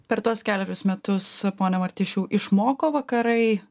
per tuos kelerius metus pone martišiau išmoko vakarai